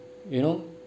you know